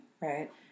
Right